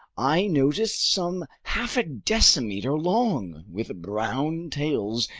i noticed some half a decimeter long, with brown tails,